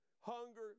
hunger